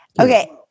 okay